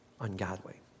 ungodly